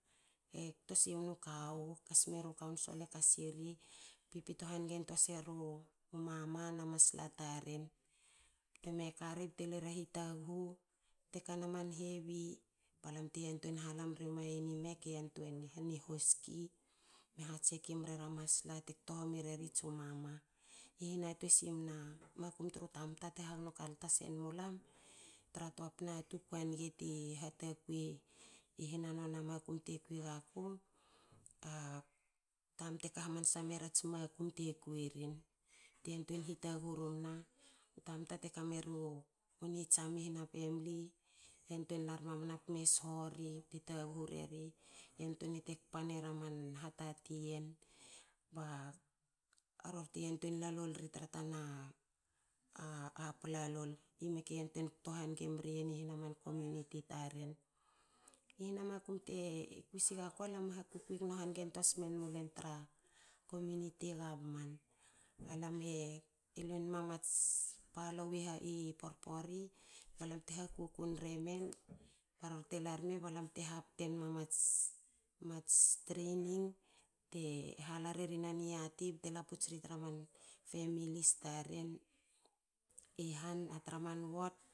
Te kto sioru kawu kasmeri kaunsola kasiri. Pipito hangen tin seru mama na masla taren. teme kari bte luera hitaghu tekana ma hevi balam te yantuein halemre maien ime ke yantuein heni hoski. me ha jek mera masla te kto homi reri tsu mama. Hihinatuei simna makum tru tamta te hagno kaltan sen mulam. tra tua pna tukui a nga ti hatagui i hena makum te kwi gakuk. a tamta e kahamansa meru ats makum te kui rin. te yantuein hitaghu rumna. u tamta te kameru nitsiama i hna famli e yantuein lar mamana bteme sho ri bte taghu reri yantueina tekpa naman hatati yen. ba rorte yantuein la lol ri tra tana a apla lol ime ke yanteuin kto hange mriyen i hna community taren. I hna makum te kui sigaku. alam e ha kukui hangentuas menma community gavman. Alam e luenma mats palou i porpori. balam teha kukun remen. baror te larme. balam te hap te nma mats. mats training te hala rerin a niati te laputs ritra man famlis taren i han na tra man wod taren.